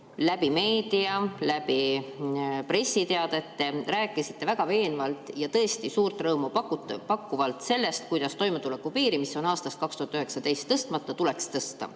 nii meedia kui ka pressiteadete kaudu rääkisite väga veenvalt ja tõesti suurt rõõmu pakkuvalt sellest, kuidas toimetulekupiiri, mis on aastast 2019 tõstmata, tuleks tõsta.